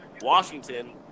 Washington